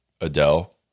Adele